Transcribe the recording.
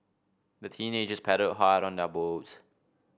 the teenagers paddled hard on their boat